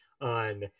on